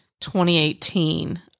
2018